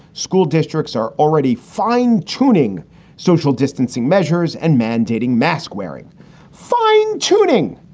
school districts are already fine tuning social distancing measures and mandating mask wearing fine tuning.